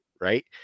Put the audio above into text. right